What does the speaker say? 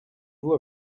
vous